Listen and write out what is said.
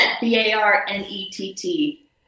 B-A-R-N-E-T-T